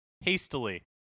hastily